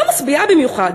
לא משביעה במיוחד,